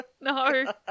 No